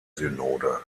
synode